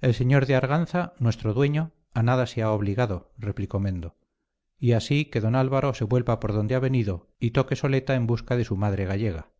el señor de arganza nuestro dueño a nada se ha obligado replicó mendo y así que don álvaro se vuelva por donde ha venido y toque soleta en busca de su madre gallega